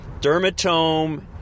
Dermatome